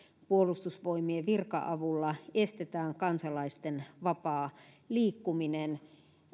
puolustusvoimien virka avulla estetään kansalaisten vapaa liikkuminen